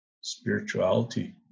spirituality